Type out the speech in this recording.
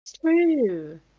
true